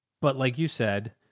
but like you said,